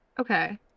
Okay